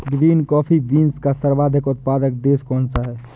Green coffee beans का सर्वाधिक उत्पादक देश कौन सा है?